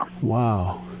Wow